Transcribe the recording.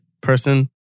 person